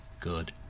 good